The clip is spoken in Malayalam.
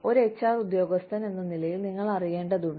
ഒരു എച്ച്ആർ ഉദ്യോഗസ്ഥൻ എന്ന നിലയിൽ നിങ്ങൾ അറിയേണ്ടതുണ്ട്